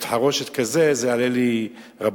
בית-חרושת כזה, זה יעלה לי רבות.